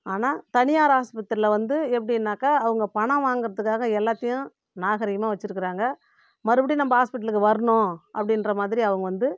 ஆனால் தனியார் ஆஸ்பத்திரியில் வந்து எப்படினாக்கா அவங்க பணம் வாங்குறதுக்காக எல்லாத்தையும் நாகரீகமாக வச்சுருக்காங்க மறுபடியும் நம்ம ஹாஸ்ப்பிட்டலுக்கு வரணும் அப்படின்ற மாதிரி அவங்க வந்து